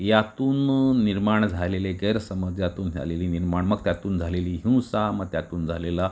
यातून निर्माण झालेले गैरसमज यातून झालेली निर्माण मग त्यातून झालेली हिंसा मग त्यातून झालेला